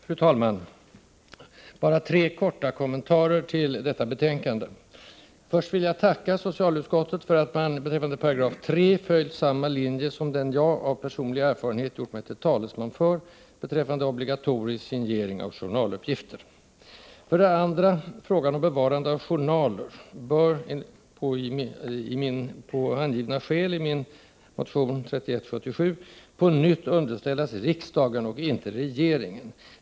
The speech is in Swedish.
Fru talman! Bara tre korta kommentarer till detta betänkande. Först vill jag tacka socialutskottet för att det när det gäller 3 § i lagförslaget har följt samma linje som jag av personlig erfarenhet har gjort mig till talesman för beträffande obligatorisk signering av journaluppgifter. Frågan om bevarande av journaler bör av i min motion 3177 angivna skäl på nytt underställas riksdagen och inte regeringen.